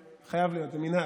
זה חייב להיות, זה מנהג.